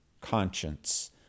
conscience